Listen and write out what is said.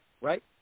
right